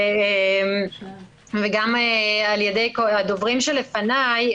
וגם על ידי הדוברים שלפני.